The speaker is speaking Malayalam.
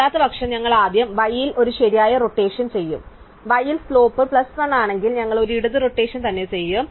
അല്ലാത്തപക്ഷം ഞങ്ങൾ ആദ്യം y ൽ ഒരു ശരിയായ റൊട്ടേഷൻ ചെയ്യും y ൽ സ്ലോപ്പ് പ്ലസ് 1 ആണെങ്കിൽ ഞങ്ങൾ ഒരു ഇടത് റൊട്ടേഷൻ തന്നെ ചെയ്യും